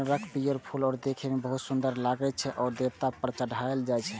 कनेरक पीयर फूल देखै मे बहुत सुंदर लागै छै आ ई देवता पर चढ़ायलो जाइ छै